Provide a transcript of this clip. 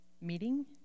meeting